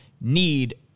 need